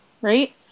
right